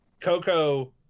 Coco